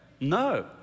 no